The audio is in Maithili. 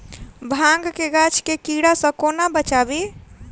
भांग केँ गाछ केँ कीड़ा सऽ कोना बचाबी?